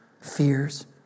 fears